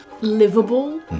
livable